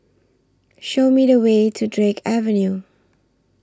Show Me The Way to Drake Avenue